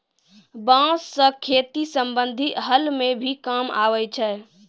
बांस सें खेती संबंधी हल म भी काम आवै छै